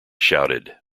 shouted